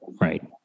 Right